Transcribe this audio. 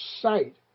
sight